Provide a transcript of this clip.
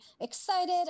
excited